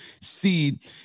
seed